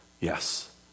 Yes